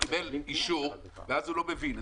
קיבל אישור, ואז הוא לא מבין.